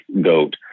goat